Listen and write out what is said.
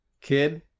Kid